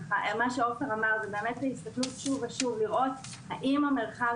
כמו שעופר אמר זאת באמת ההסתכלות שוב האם המרחב